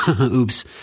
Oops